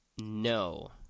No